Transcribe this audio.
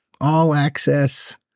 all-access